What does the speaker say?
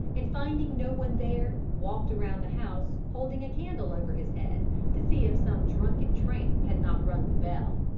and finding no one there, walked around the house holding a candle over his head to see if some drunken tramp had not rung the bell.